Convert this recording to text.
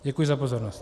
Děkuji za pozornost.